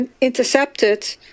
intercepted